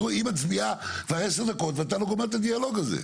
היא מצביעה כבר 10 דקות ואתה לא גומר את הדיאלוג הזה.